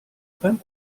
beim